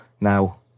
Now